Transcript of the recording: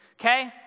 Okay